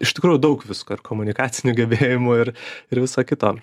iš tikrųjų daug visko ir komunikacinių gebėjimų ir ir viso kito